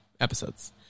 episodes